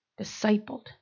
discipled